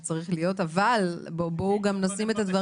אבל בואו נשים את הדברים.